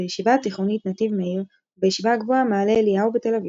בישיבה התיכונית נתיב מאיר ובישיבה הגבוהה מעלה אליהו בתל אביב.